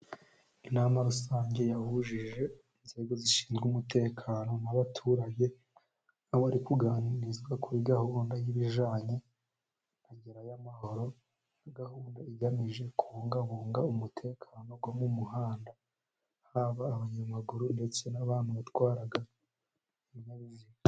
Inama rusange yahujije, inzego zishinzwe umutekano n'abaturage, aho bari kuganirizwa, kuri gahunda y'ibijyanye nagerayamahoro, na gahunda igamije kubungabunga, umutekano wo mu muhanda, haba abanyamaguru ndetse n'abantu batwara ibinyabiziga.